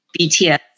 BTS